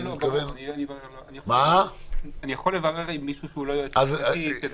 אני יכול לברר עם מישהו שהוא לא יועץ משפטי כדי